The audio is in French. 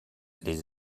les